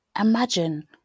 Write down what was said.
imagine